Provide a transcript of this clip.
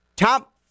Top